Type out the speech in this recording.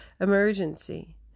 emergency